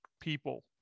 people